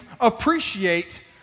appreciate